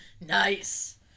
Nice